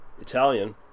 Italian